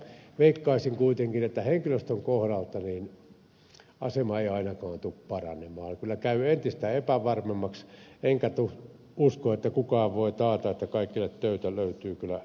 veikkaisin kuitenkin että henkilöstön kohdalta asema ei ainakaan tule paranemaan kyllä se käy entistä epävarmemmaksi enkä usko että kukaan voi taata että kaikille töitä löytyy kyllä ihan lähiaikoina